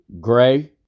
gray